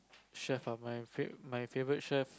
chef ah my fav~ my favorite chef